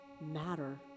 matter